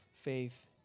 faith